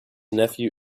nephew